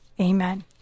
Amen